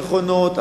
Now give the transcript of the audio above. המכונות,